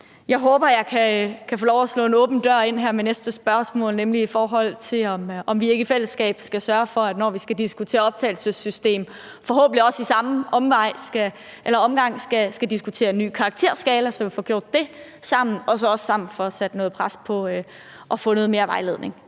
Jeg håber, at jeg kan få lov at slå en åben dør ind her med næste spørgsmål, nemlig i forhold til om vi ikke i fællesskab skal sørge for, når vi skal diskutere optagelsessystem, at vi i samme omgang diskuterer en ny karakterskala, så vi får gjort dét sammen – og også sammen får sat noget pres på at få noget mere vejledning,